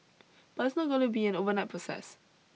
but it's not going to be an overnight process